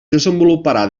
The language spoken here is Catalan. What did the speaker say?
desenvoluparà